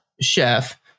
chef